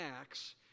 Acts